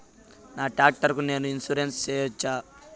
నా టాక్టర్ కు నేను ఇన్సూరెన్సు సేయొచ్చా?